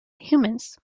humans